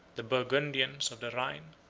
the burgundians of the rhine.